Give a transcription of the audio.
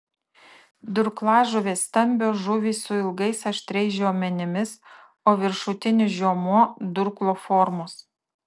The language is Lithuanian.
durklažuvės stambios žuvys su ilgais aštriais žiomenimis o viršutinis žiomuo durklo formos